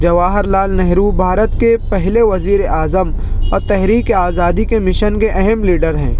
جواہر لال نہرو بھارت کے پہلے وزیرِ اعظم اور تحریکِ آزادی کے مشن کے اہم لیڈر ہیں